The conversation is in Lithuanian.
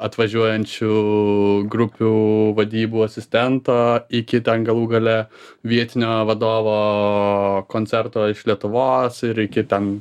atvažiuojančių grupių vadybų asistento iki ten galų gale vietinio vadovo koncerto iš lietuvos ir iki ten